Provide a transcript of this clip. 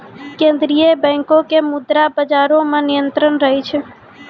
केन्द्रीय बैंको के मुद्रा बजारो मे नियंत्रण रहै छै